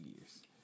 years